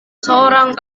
seorang